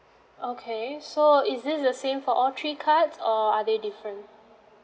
okay so is this the same for all three cards or are they different